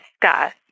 discuss